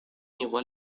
igual